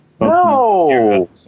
No